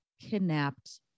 kidnapped